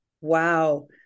wow